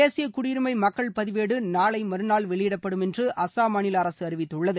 தேசிய குடியுரிமை மக்கள் பதிவேடு நாளை மறுநாள் வெளியிடப்படும் என்று அசாம் மாநில அரசு அறிவித்துள்ளது